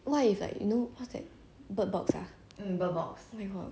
I think I will be first one to die err legit leh cannot